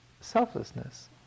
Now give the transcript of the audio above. selflessness